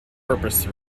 purpose